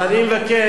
אז אני מבקש